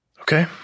Okay